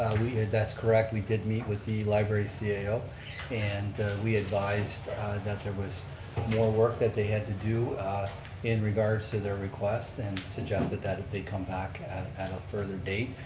that's correct we did meet with the library so cio and we advised that there was more work that they had to do in regards to their requests and suggested that if they come back at a further date,